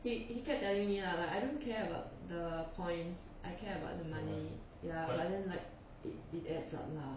he he kept telling me lah I don't care about the points I care about the money ya but then like it it adds up lah